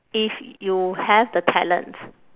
if you have the talent